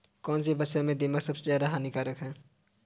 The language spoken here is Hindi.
कौनसी फसल में दीमक सबसे ज्यादा हानिकारक है?